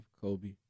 Kobe